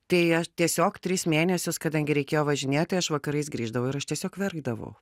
tai a tiesiog tris mėnesius kadangi reikėjo važinėt tai aš vakarais grįždavau ir aš tiesiog verkdavau